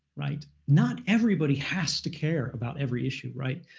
right? not everybody has to care about every issue, right?